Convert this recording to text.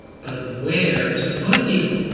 but where to put you?